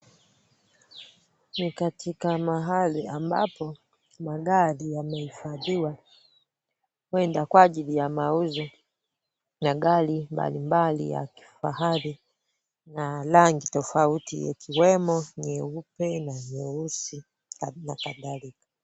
Ni katika mahali ambapo magari yamehifadhiwa huenda kwa ajili ya mauzo ya gari mbalimbali ya kifahari na rangi tofauti ikiwemo nyeupe na nyeusi na kadhalika.